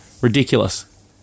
ridiculous